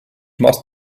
most